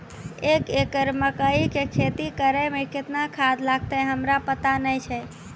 एक एकरऽ मकई के खेती करै मे केतना खाद लागतै हमरा पता नैय छै?